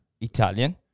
Italian